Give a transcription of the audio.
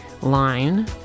line